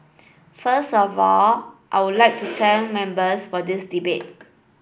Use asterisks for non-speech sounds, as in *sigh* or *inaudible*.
first of all I would like *noise* to thank members for this debate